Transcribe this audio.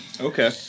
Okay